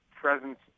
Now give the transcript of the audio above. presence